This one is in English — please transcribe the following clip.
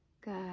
good